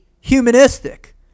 humanistic